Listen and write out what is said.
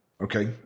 Okay